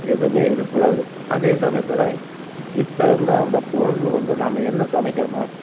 எதுவுமே இருக்கக்கூடாது அதே சமயத்தில் கிட்ட வந்து அந்த பொருள் வந்து நாம என்ன சமைக்கிறமோ